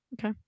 Okay